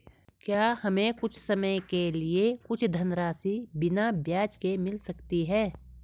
क्या हमें कुछ समय के लिए कुछ धनराशि बिना ब्याज के मिल सकती है?